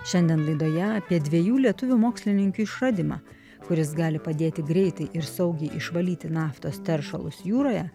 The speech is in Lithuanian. šiandien laidoje apie dviejų lietuvių mokslininkių išradimą kuris gali padėti greitai ir saugiai išvalyti naftos teršalus jūroje